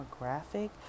demographic